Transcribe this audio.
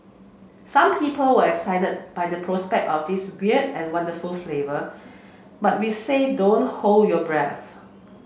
some people were excited by the prospect of this weird and wonderful flavour but we say don't hold your breath